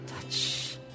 Touch